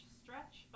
stretch